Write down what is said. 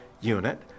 unit